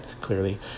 Clearly